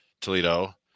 Toledo